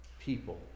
people